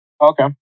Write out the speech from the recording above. Okay